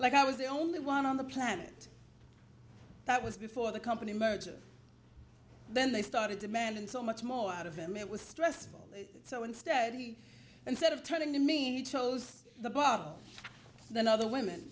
like i was the only one on the planet that was before the company merger then they started demanding so much more out of him it was stressful so instead he instead of turning to me chose the bar the other women